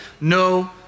no